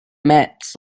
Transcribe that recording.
mets